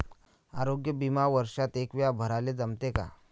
आरोग्य बिमा वर्षात एकवेळा भराले जमते का?